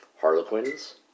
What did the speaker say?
Harlequins